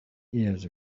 years